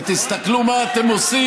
מדברים על זה, ותסתכלו מה אתם עושים,